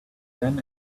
then